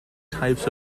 types